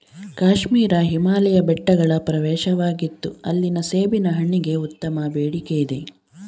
ಕಾಶ್ಮೀರ ಹಿಮಾಲಯ ಬೆಟ್ಟಗಳ ಪ್ರವೇಶವಾಗಿತ್ತು ಅಲ್ಲಿನ ಸೇಬಿನ ಹಣ್ಣಿಗೆ ಉತ್ತಮ ಬೇಡಿಕೆಯಿದೆ